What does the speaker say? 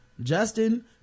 Justin